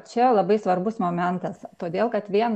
čia labai svarbus momentas todėl kad vien